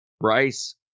Rice